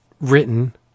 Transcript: written